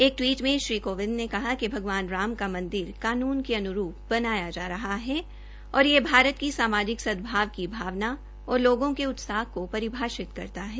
एक टवीट मे श्री कोविंद ने कहा कि भगवान राम का मंदिर कानून के अन्रूप बनाया जा रहा है और यह भारत की सामाजिक सदभाव की भावना और लोगों के उत्साह से परिभाषित करता है